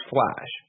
Flash